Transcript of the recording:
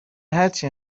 هرچی